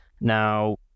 Now